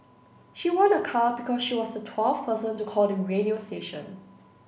she won a car because she was the twelfth person to call the radio station